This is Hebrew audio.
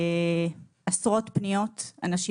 מעשרות פניות של אנשים,